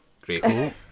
Great